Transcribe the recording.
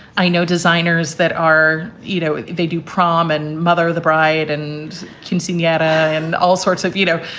i know designers that are you know, they do prom and mother of the bride and kim seniora and and all sorts of, you know,